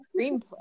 screenplay